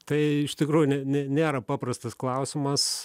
tai iš tikrųjų ne nė nėra paprastas klausimas